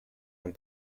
and